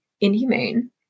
inhumane